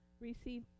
Receive